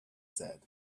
said